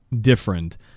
different